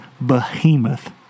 behemoth